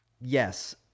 Yes